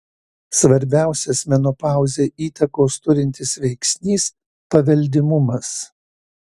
svarbiausias menopauzei įtakos turintis veiksnys paveldimumas